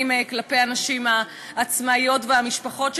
כלפי הנשים העצמאיות והמשפחות שלהן,